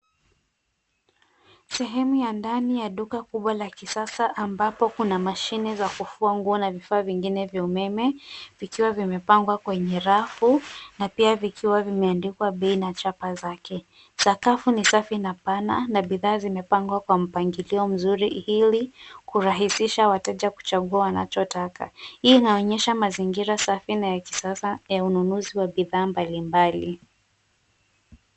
Sehemu ya ndani ya duka kubwa la kisasa ambapo kuna mashine za kufua nguo na vifaa vingine vya umeme vikiwa vimepangwa kwenye rafu na pia vikiwa vimeandikwa bei na chapa zake. Sakafu ni safi na pana na bidhaa zimepangwa kwa mpangilio mzuri ili kurahisha wateja kuchagua wanachotaka. Hii inaonyesha mazingira safi na ya kisasa yenye ununuzi wa bidhaa mbalimbali.